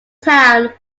town